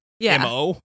MO